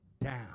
down